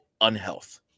unhealth